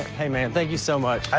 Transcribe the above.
hey, man, thank you so much.